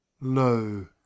Lo